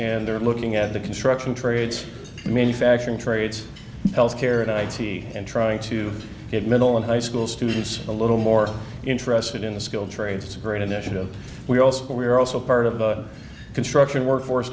and they're looking at the construction trades manufacturing trades health care and i t and trying to get middle and high school students a little more interested in the skilled trades it's a great initiative we're also we're also part of the construction work force